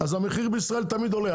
אז המחיר בישראל תמיד עולה.